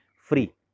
free